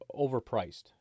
overpriced